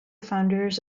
founders